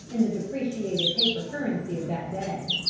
in the depreciated paper currency of that day.